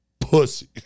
pussy